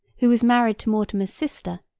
who was married to mortimer's sister,